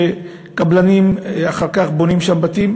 כשקבלנים אחר כך בונים בתים,